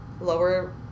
lower